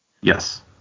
Yes